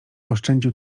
oszczędził